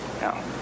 No